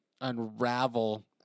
unravel